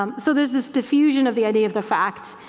um so there's this diffusion of the idea of the facts